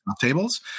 tables